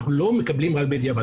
אנחנו לא מקבלים רק בדיעבד.